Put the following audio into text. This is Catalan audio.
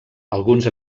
alguns